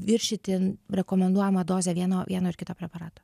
viršyti rekomenduojamą dozę vieno vieno ar kito preparato